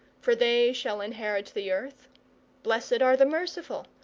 for they shall inherit the earth' blessed are the merciful,